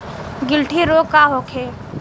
गिलटी रोग का होखे?